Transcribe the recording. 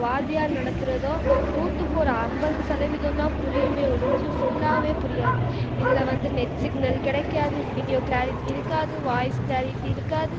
வாத்தியார் நடத்துகிறதோ நூற்றுக்கு ஒரு ஐம்பது சதவீதம் தான் புரியுமே ஒளிஞ்சி ஃபுல்லாவே புரியாது இதில் வந்து நெட் சிக்னல் கிடைக்காது வீடியோ கிளாரிட்டி இருக்காது வாய்ஸ் கிளாரிட்டி இருக்காது